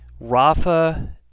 Rafa